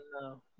No